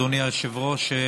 אדוני היושב-ראש,